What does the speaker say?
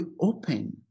open